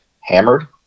hammered